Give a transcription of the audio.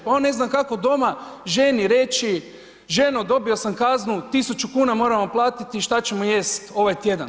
Pa on ne zna kako doma ženi reći, ženo dobio sam kaznu 1000 kuna moramo platiti šta ćemo jesti ovaj tjedan.